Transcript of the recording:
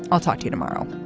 i'll talk to you tomorrow